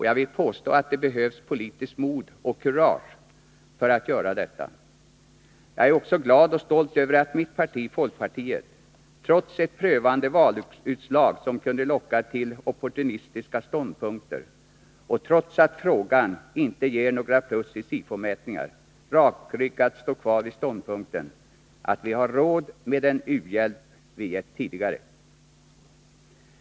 Jag vill påstå att det behövs politiskt mod och kurage för att göra detta. Jag är också glad och stolt över att mitt parti, folkpartiet, trots ett prövande valutslag, som kunde locka till opportunistiska ståndpunkter, och trots att frågan inte ger några plus i Sifo-mätningar, rakryggat står kvar vid ståndpunkten att vi har råd med den u-hjälp vi gett tidigare.